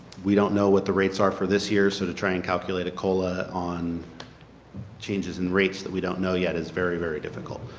we don't know what the rates are for this year so to try to and calculate a cola on changes and rates that we don't know yet is very, very difficult.